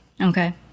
Okay